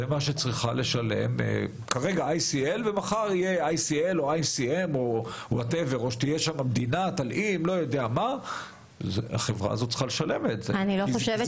צריכה לשלם ICL. מחר יהיה שם גוף אחר אבל מי ששם צריך לשלם עבור זה,